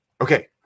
okay